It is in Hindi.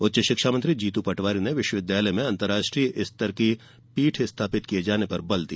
उच्च शिक्षा मंत्री जीतू पटवारी ने विश्वविद्यालय में अंतर्राष्ट्रीय स्तर की पीठ स्थापित किये जाने पर बल दिया